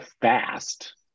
fast